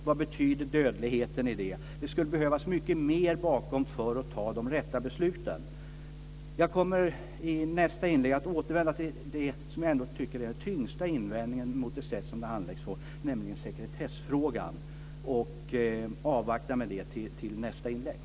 Hur påverkas dödligheten i det här sammanhanget? Det skulle behövas mycket mer kunskaper bakom för att fatta de rätta besluten. Jag kommer i nästa inlägg att återvända till det som jag har den tyngsta invändningen mot, nämligen sättet att handlägga sekretessfrågan.